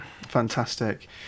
fantastic